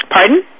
Pardon